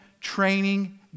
training